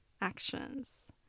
actions